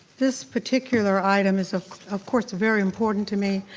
this particular item is of of course very important to me.